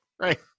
right